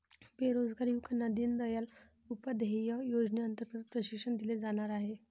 बेरोजगार युवकांना दीनदयाल उपाध्याय योजनेअंतर्गत प्रशिक्षण दिले जाणार आहे